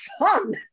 fun